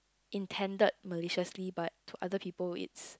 intended maliciously but to other people it's